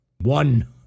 one